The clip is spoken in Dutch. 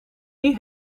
die